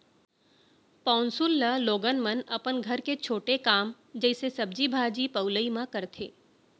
पौंसुल ल लोगन मन अपन घर के छोटे काम जइसे सब्जी भाजी पउलई म करथे